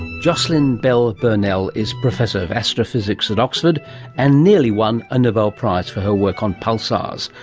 jocelyn bell burnell is professor of astrophysics at oxford and nearly won a nobel prize for her work on pulsars,